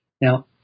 Now